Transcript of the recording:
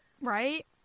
Right